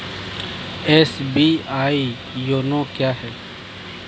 SBI YONO क्या है?